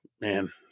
man